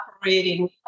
operating